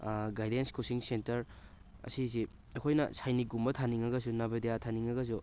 guidance coaching centre ꯑꯁꯤꯁꯤ ꯑꯩꯈꯣꯏꯅ ꯁꯥꯏꯅꯤꯛꯀꯨꯝꯕ ꯊꯥꯅꯤꯡꯉꯒꯁꯨ ꯅꯚꯣꯗꯌꯥ ꯊꯥꯅꯤꯡꯉꯒꯁꯨ